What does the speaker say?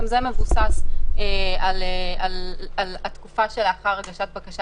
גם זה מבוסס על התקופה שלאחר הגשת בקשה